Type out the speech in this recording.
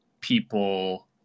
people